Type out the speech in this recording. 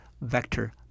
vector